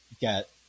get